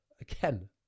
again